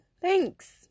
Thanks